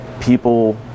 people